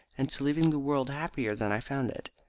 and to leaving the world happier than i found it.